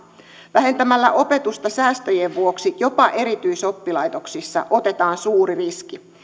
vähentämällä opetusta säästöjen vuoksi jopa erityisoppilaitoksissa otetaan suuri riski